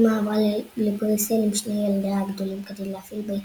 אמה עברה לבריסל עם שני ילדיה הגדולים כדי להפעיל בית